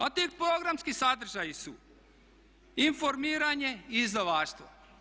A tek programski sadržaji su informiranje i izdavaštvo.